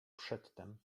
przedtem